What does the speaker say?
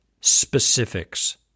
specifics